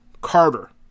Carter